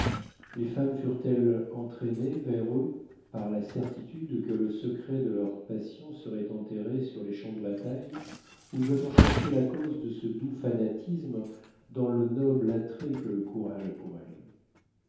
les femmes furent-elles entraînées vers eux par la certitude que le secret de leurs passions serait enterré sur les champs de bataille ou doit-on chercher la cause de ce doux fanatisme dans le noble attrait que le courage a pour elles